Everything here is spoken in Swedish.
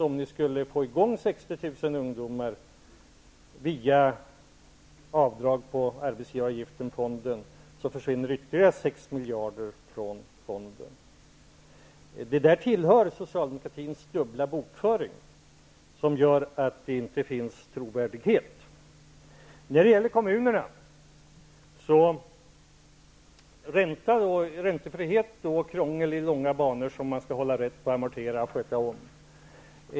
Om ni skulle få i gång 60 000 ungdomar via arbetsmarknadsfonden skulle ytterligare 6 miljarder kronor försvinna ur fonden. De sakerna tillhör socialdemokratins dubbla bokföring, det som gör att Socialdemokraterna saknar trovärdighet. När det gäller kommunerna föreslår Socialdemokraterna räntefrihet och krångel i långa banor som man skall hålla rätt på och sköta om.